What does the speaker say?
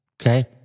okay